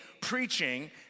preaching